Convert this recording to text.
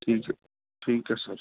ਠੀਕ ਹੈ ਠੀਕ ਹੈ ਸਰ